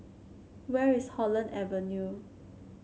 where is Holland Avenue